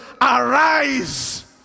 arise